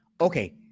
okay